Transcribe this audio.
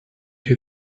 you